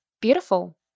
beautiful